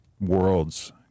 Worlds